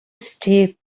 steep